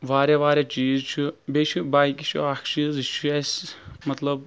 واریاہ واریاہ چیٖز چھِ بیٚیہِ چھُ بایکہِ چھُ اکھ چیٖز یہِ چھُ اَسہِ مطلب